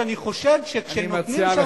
שאני חושב שכשהם נותנים,